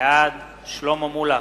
בעד שלמה מולה,